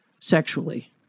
sexually